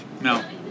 No